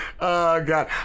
God